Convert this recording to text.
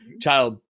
Child